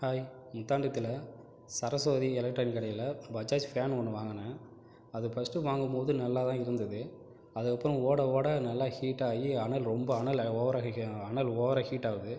hi முத்தாண்டத்தில் Saraswati electronic கடையில் Bajaj fan ஒன்று வாங்கினேன் அது ஃபஸ்ட் வாங்கும்போது நல்லாதான் இருந்தது அதுக்கப்புறம் ஓட ஓட நல்லா ஹீட்டாகி அனல் ரொம்ப அனல் ஓவராக ஹீ அனல் ஓவராக ஹீட்டாகுது